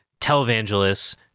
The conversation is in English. televangelists